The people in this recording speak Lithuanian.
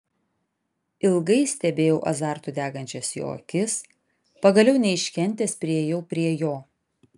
ilgai stebėjau azartu degančias jo akis pagaliau neiškentęs priėjau prie jo